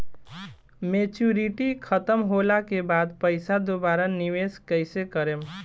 Maturity खतम होला के बाद पईसा दोबारा निवेश कइसे करेम?